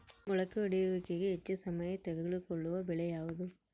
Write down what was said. ಮೊಳಕೆ ಒಡೆಯುವಿಕೆಗೆ ಹೆಚ್ಚು ಸಮಯ ತೆಗೆದುಕೊಳ್ಳುವ ಬೆಳೆ ಯಾವುದು?